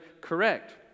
correct